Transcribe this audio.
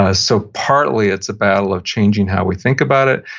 ah so, partly it's about changing how we think about it,